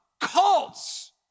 cults